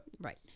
Right